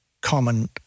common